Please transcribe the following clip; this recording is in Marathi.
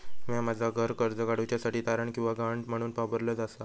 म्या माझा घर कर्ज काडुच्या साठी तारण किंवा गहाण म्हणून वापरलो आसा